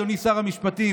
אדוני שר המשפטים,